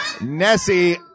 Nessie